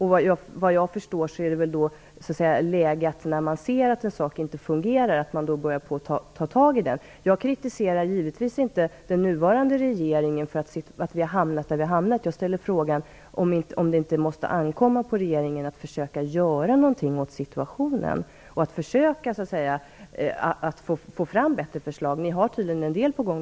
När man ser att en sak inte fungerar är det såvitt jag förstår läge att börja ta tag i den. Jag kritiserar givetvis inte den nuvarande regeringen för att vi har hamnat där vi har hamnat. Jag ställer frågan om det inte måste ankomma på regeringen att försöka göra någonting åt situationen och försöka få fram bättre förslag. Ni har tydligen en del på gång.